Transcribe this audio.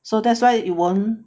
so that's why it won't